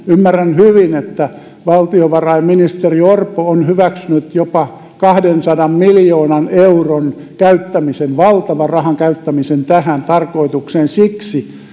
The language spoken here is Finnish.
ymmärrän hyvin että valtiovarainministeri orpo on hyväksynyt jopa kahdensadan miljoonan euron käyttämisen valtavan rahan käyttämisen tähän tarkoitukseen siksi